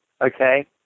Okay